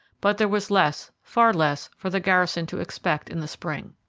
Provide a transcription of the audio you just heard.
but there was less, far less, for the garrison to expect in the spring.